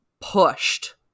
pushed